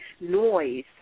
noise